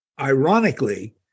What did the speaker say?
ironically